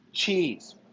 Cheese